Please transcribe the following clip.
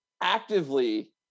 actively